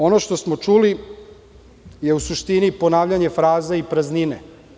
Ono što smo čuli, je u suštini ponavljanje fraza i praznine.